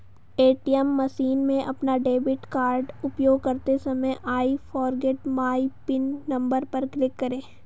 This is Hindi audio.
ए.टी.एम मशीन में अपना डेबिट कार्ड उपयोग करते समय I forget my PIN number पर क्लिक करें